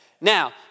Now